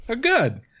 good